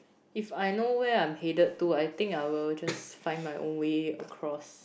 if I know where I'm hated to I think I will just find my way across